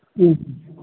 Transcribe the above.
ꯎꯝ